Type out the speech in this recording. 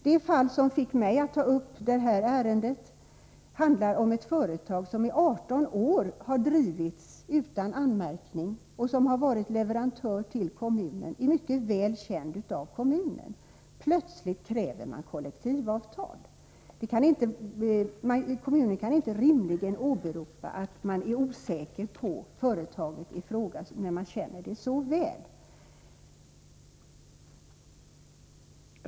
Det fall som fick mig att ta upp den här frågan gäller ett företag som i 18 år har drivits utan anmärkning och som har varit leverantör till en kommun. Det är alltså ett företag som är mycket väl känt av kommunen. Plötsligt kräver kommunen kollektivavtal. Från kommunens sida kan man inte rimligen åberopa att man är osäker beträffande företaget i fråga, när man känner till det så väl.